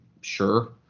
Sure